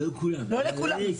לא לכולם,